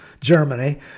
Germany